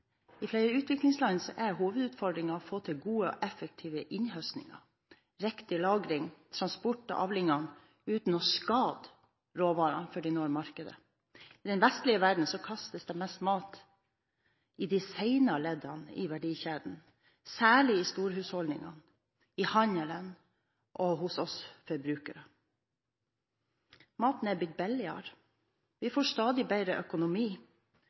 å få til gode og effektive innhøstninger, riktig lagring og transport av avlingene uten å skade råvarene før de når markedet. I den vestlige verden kastes det mest mat i de senere leddene i verdikjeden, særlig i storhusholdningene, i handelen og hos oss forbrukerne. Maten er blitt billigere, vi får stadig bedre økonomi